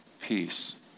peace